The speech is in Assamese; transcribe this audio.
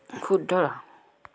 শুদ্ধ